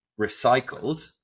recycled